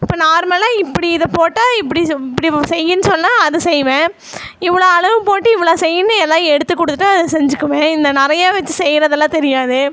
இப்போ நார்மலாக இப்படி இதை போட்டால் இப்படி இப்படி செய்யினு சொன்னால் அது செய்வேன் இவ்வளோ அளவு போட்டு இவ்வளோ செய்யுன்னு எல்லாம் எடுத்துக்கொடுத்துட்டா செஞ்சுக்குவேன் இந்த நிறைய வச்சு செய்கிறதெல்லாம் தெரியாது